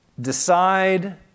decide